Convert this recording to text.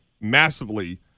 massively